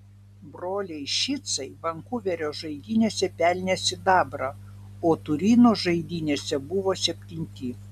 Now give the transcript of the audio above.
broliai šicai vankuverio žaidynėse pelnė sidabrą o turino žaidynėse buvo septinti